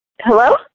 Hello